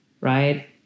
Right